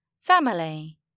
Family